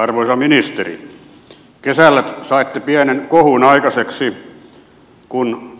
arvoisa ministeri kesällä saitte pienen kohun aikaiseksi kun